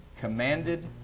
Commanded